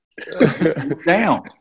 Down